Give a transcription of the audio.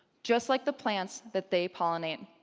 just like the plants that they pollinate.